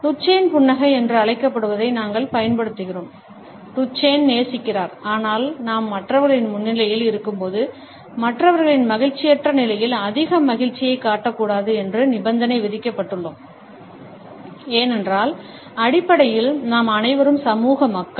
Duchenne புன்னகை என்று அழைக்கப்படுவதை நாங்கள் பயன்படுத்துகிறோம் டுச்சேன் நேசிக்கிறார் ஆனால் நாம் மற்றவர்களின் முன்னிலையில் இருக்கும்போது மற்றவர்களின் மகிழ்ச்சியற்ற நிலையில் அதிக மகிழ்ச்சியைக் காட்டக்கூடாது என்று நிபந்தனை விதிக்கப்பட்டுள்ளோம் ஏனென்றால் அடிப்படையில் நாம் அனைவரும் சமூக மக்கள்